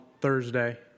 Thursday